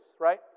right